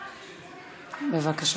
בבקשה.